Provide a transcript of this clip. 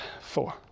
four